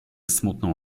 smutną